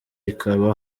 ikaba